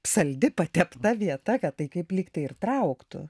saldi patepta vieta tai kaip lyg tai ir trauktų